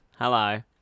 Hello